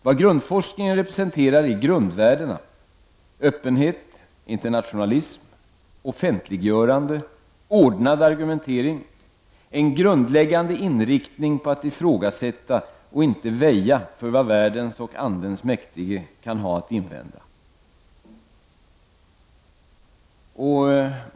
Det grundforskningen representerar är grundvärderna; öppenhet, internationalism, offentliggörande, ordnad argumentering, en grundläggande inriktning på att ifrågasätta och att inte väja för vad världens och andens mäktige kan ha att invända.